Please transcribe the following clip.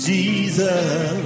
Jesus